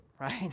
right